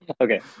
Okay